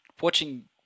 watching